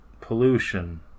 pollution